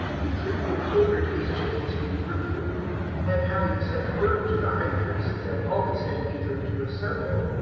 the tribune ordered his chains to be removed and, having sent word to the high priests and all the sanhedrin to assemble,